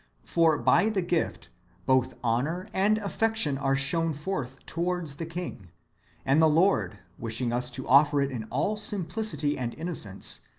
for by the gift both honour and affec tion are shown forth towards the king and the lord, wishing us to offer it in all simplicity and innocence,